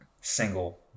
single